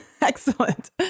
Excellent